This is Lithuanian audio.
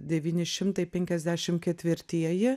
devyni šimtai penkiasdešim ketvirtieji